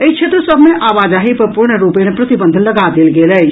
एहि क्षेत्र सभ मे आवाजाही पर पूर्ण रूपेण प्रतिबंध लगा देल गेल अछि